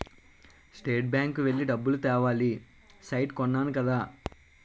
state bank కి వెళ్లి డబ్బులు తేవాలి సైట్ కొన్నాను కదా